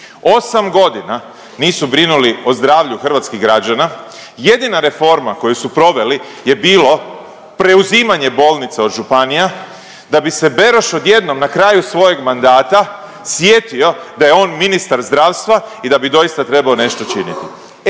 EU. 8.g. nisu brinuli o zdravlju hrvatskih građana, jedina reforma koju su proveli je bilo preuzimanje bolnica od županija da bi se Beroš odjednom na kraju svojeg mandata sjetio da je on ministar zdravstva i da bi doista trebao nešto činiti.